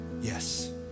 Yes